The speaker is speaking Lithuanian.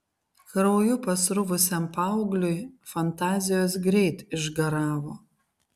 krauju pasruvusiam paaugliui fantazijos greit išgaravo